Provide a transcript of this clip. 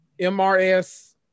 MRS